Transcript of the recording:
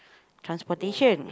transportation